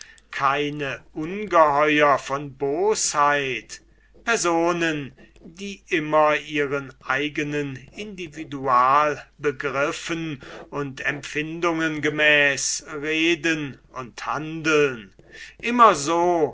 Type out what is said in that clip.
keine ungeheuer von bosheit personen die immer ihren eigenen individualbegriffen und empfindungen gemäß reden und handeln immer so